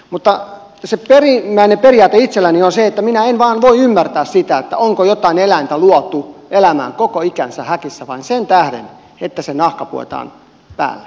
mutta se perimmäinen periaate itselläni on se että minä en vain voi ymmärtää sitä onko jokin eläin luotu elämään koko ikänsä häkissä vain sen tähden että sen nahka puetaan päälle